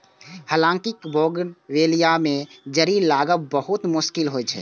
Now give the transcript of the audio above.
हालांकि बोगनवेलिया मे जड़ि लागब बहुत मुश्किल होइ छै